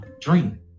dream